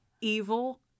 Evil